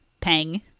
pang